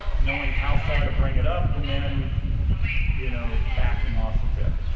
knowing how far to bring it up, and then you know backing off a bit.